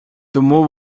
тому